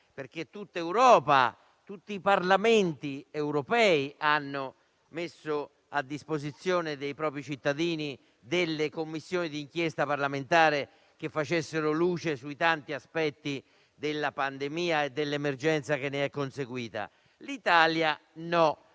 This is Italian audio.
perché tutti i Parlamenti europei hanno messo a disposizione dei propri cittadini delle Commissioni di inchiesta parlamentare che facessero luce sui tanti aspetti della pandemia e dell'emergenza che ne è conseguita, ma non